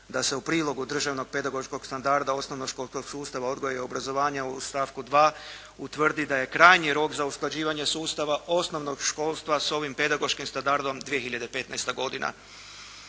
da se u prilogu državnog pedagoškog standarda osnovnoškolskog sustava odgoja i obrazovanja u stavku 2. utvrdi da je krajnji rok za usklađivanje sustava osnovnog školstva sa ovim pedagoškim standardom 2015. godina,